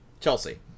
Chelsea